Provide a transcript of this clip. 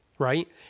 right